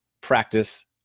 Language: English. practice